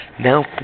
Now